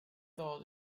though